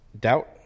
doubt